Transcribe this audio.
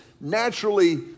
naturally